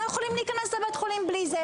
לא יכולים להיכנס לבית החולים בלי זה.